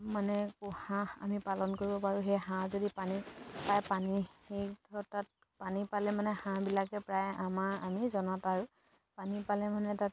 মানে হাঁহ আমি পালন কৰিব পাৰোঁ সেই হাঁহ যদি পানী পায় পানী ধৰক তাত পানী পালে মানে হাঁহবিলাকে প্ৰায় আমাৰ আমি জনাত আৰু পানী পালে মানে তাত